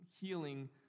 healing